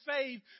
faith